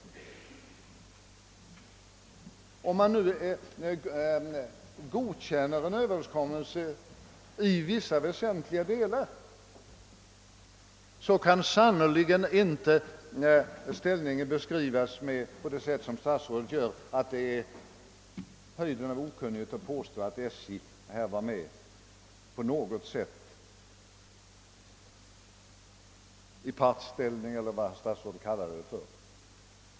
Om överenskommelsen på detta sätt godkänns i väsentliga delar, kan man verkligen inte säga som statsrådet gör, att det är höjden av okunnighet att påstå att SJ här har befunnit sig i partsställning, eller hur statsrådet kallade det.